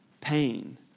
pain